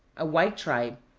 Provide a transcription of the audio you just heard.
a white tribe,